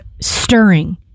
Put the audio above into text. stirring